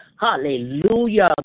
hallelujah